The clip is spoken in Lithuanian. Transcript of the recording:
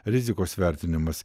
rizikos vertinimas